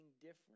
different